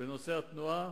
בנושא התנועה,